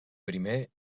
primer